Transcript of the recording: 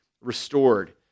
restored